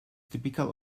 typical